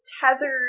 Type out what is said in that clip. tethered